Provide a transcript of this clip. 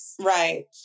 Right